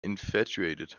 infatuated